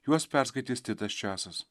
juos perskaitys titas česas